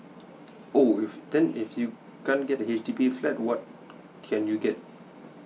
oh if then if you can't get the H_D_B flat what can you get it